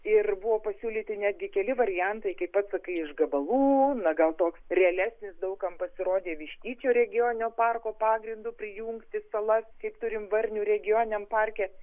ir buvo pasiūlyti netgi keli variantai kaip pats pasakai iš gabalų na gal toks realesnis daug kam pasirodė vištyčio regioninio parko pagrindu prijungti salas kaip turim varnių regioniniam parke